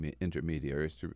intermediaries